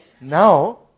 now